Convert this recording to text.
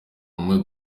rumwe